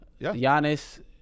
Giannis